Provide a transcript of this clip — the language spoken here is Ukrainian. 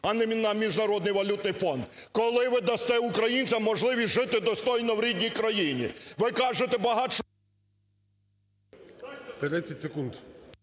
а не на Міжнародний валютний фонд? Коли ви дасте українцям можливість жити достойно в рідній країні? Ви кажете…